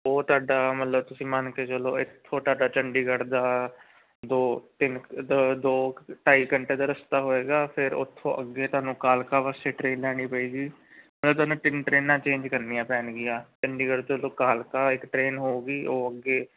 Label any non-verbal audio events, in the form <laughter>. ਉਹ ਤੁਹਾਡਾ ਮਤਲਬ ਤੁਸੀਂ ਮੰਨ ਕੇ ਚੱਲੋ ਇੱਥੋਂ ਤੁਹਾਡਾ ਚੰਡੀਗੜ੍ਹ ਦਾ ਦੋ ਤਿੰਨ ਦੋ ਢਾਈ ਘੰਟੇ ਦਾ ਰਸਤਾ ਹੋਵੇਗਾ ਫਿਰ ਉਥੋਂ ਅੱਗੇ ਤੁਹਾਨੂੰ ਕਾਲਕਾ ਵਾਸਤੇ ਟਰੇਨ ਲੈਣੀ ਪਏਗੀ <unintelligible> ਤੁਹਾਨੂੰ ਤਿੰਨ ਟਰੇਨਾਂ ਚੇਂਜ ਕਰਨੀਆਂ ਪੈਣਗੀਆਂ ਚੰਡੀਗੜ੍ਹ ਤੋਂ ਕਾਲਕਾ ਇੱਕ ਟ੍ਰੇਨ ਹੋਵੇਗੀ ਉਹ ਅੱਗੇ